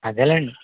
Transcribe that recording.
అదేలెండి